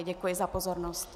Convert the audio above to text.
Děkuji za pozornost.